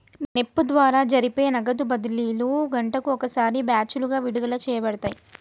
NEFT ద్వారా జరిపే నగదు బదిలీలు గంటకు ఒకసారి బ్యాచులుగా విడుదల చేయబడతాయి